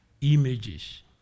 images